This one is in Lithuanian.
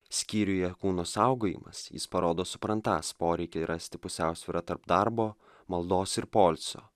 skyriuje kūno saugojimas jis parodo suprantąs poreikį rasti pusiausvyrą tarp darbo maldos ir poilsio